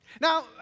Now